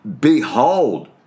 behold